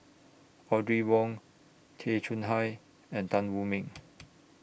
Audrey Wong Tay Chong Hai and Tan Wu Meng